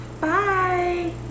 Bye